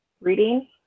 reading